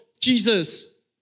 Jesus